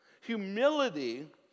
Humility